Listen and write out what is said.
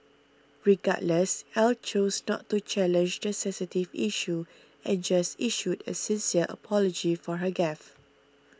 regardless Ell chose not to challenge the sensitive issue and just issued a sincere apology for her gaffe